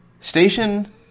Station